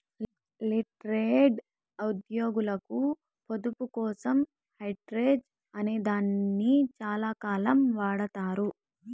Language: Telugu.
రిటైర్డ్ ఉద్యోగులకు పొదుపు కోసం హెడ్జ్ అనే దాన్ని చాలాకాలం వాడతారు